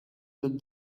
that